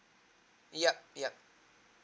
yup yup